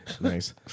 Nice